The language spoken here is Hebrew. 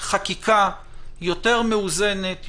חקיקה יותר מאוזנת,